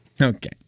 Okay